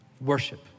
Worship